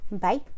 Bye